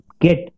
get